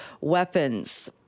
weapons